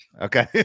okay